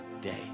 day